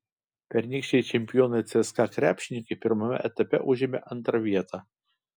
pernykščiai čempionai cska krepšininkai pirmame etape užėmė antrą vietą